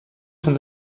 son